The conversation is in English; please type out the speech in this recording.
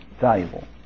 valuable